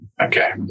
Okay